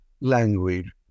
language